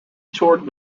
toured